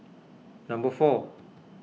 number four